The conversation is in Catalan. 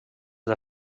del